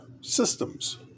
systems